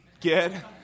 Get